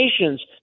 Nations